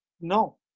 No